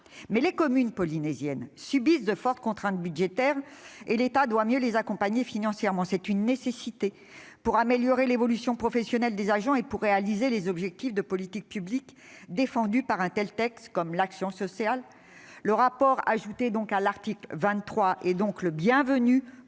Mais les communes polynésiennes subissent de fortes contraintes budgétaires et l'État doit mieux les accompagner financièrement. C'est une nécessité, pour améliorer l'évolution professionnelle des agents et pour atteindre les objectifs de politiques publiques défendus dans un tel texte, comme l'action sociale. Le rapport demandé au Gouvernement à l'article 23 sera donc le bienvenu